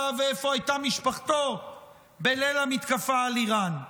ואיפה הייתה משפחתו בליל המתקפה על איראן.